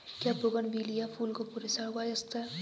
क्या बोगनविलिया फूल को पूरे साल उगाया जा सकता है?